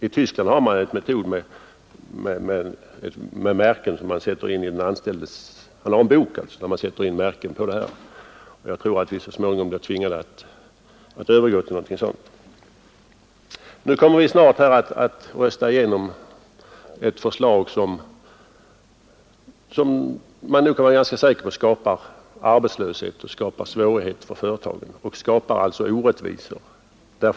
I Tyskland har den anställde en bok där arbetsgivaren får sätta in märken för gjorda skatteavdrag. Jag tror att vi så småningom blir tvingade att övergå till något sådant system. Nu kommer vi snart att rösta igenom ett förslag som man nog kan vara ganska säker på skapar arbetslöshet och svårigheter för företagen, som alltså skapar orättvisa.